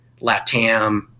LATAM